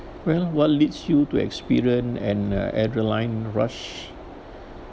well what leads you to experience an uh adrenaline rush